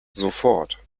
sofort